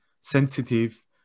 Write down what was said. sensitive